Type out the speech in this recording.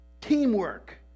teamwork